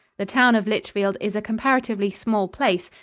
the town of lichfield is a comparatively small place,